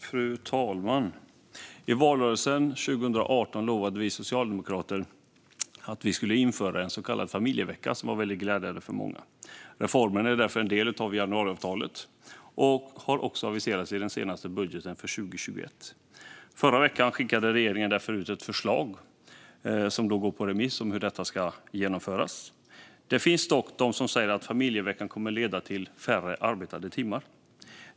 Fru talman! I valrörelsen 2018 lovade vi socialdemokrater att vi skulle införa en så kallad familjevecka, vilket var väldigt glädjande för många. Reformen är därför en del av januariavtalet och har också aviserats i den senaste budgeten för 2021. Förra veckan skickade regeringen därför ut ett förslag på hur detta ska genomföras på remiss. Det finns dock de som säger att familjeveckan kommer att leda till färre arbetade timmar.